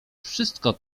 wszystko